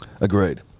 Agreed